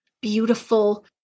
beautiful